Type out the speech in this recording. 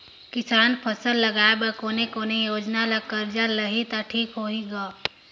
किसान फसल लगाय बर कोने कोने योजना ले कर्जा लिही त ठीक होही ग?